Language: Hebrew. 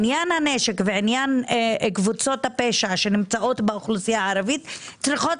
עניין הנשק וקבוצות הפשע שנמצאות באוכלוסייה הערבית צריכות